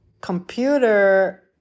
computer